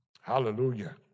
hallelujah